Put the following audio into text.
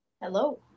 Hello